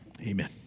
Amen